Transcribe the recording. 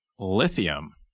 lithium